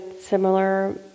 similar